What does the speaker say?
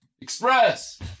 Express